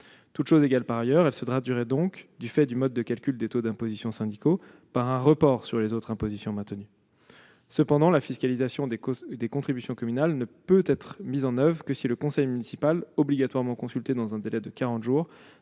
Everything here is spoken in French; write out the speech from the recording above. Toutes choses égales par ailleurs, elle se traduirait donc, du fait du mode de calcul des taux d'imposition syndicaux, par un report sur les autres impositions maintenues. Cependant, la fiscalisation des contributions communales ne peut être mise en oeuvre que si le conseil municipal, obligatoirement consulté dans un délai de quarante jours,